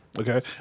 okay